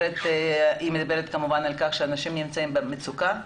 זה אומר שאנשים נמצאים במצוקה,